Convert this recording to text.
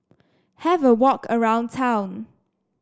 have a walk around town